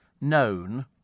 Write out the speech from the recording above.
known